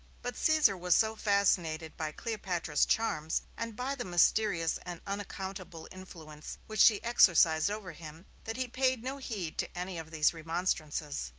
but caesar was so fascinated by cleopatra's charms, and by the mysterious and unaccountable influence which she exercised over him, that he paid no heed to any of these remonstrances.